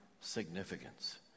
significance